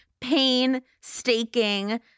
painstaking